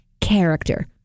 character